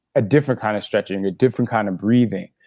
a different kind of stretching, a different kind of breathing.